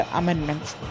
amendments